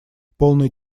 полный